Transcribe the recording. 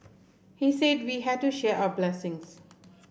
he said we had to share our blessings